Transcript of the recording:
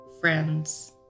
friends